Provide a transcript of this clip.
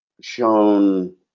shown